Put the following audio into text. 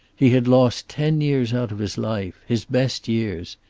he had lost ten years out of his life, his best years.